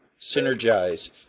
synergize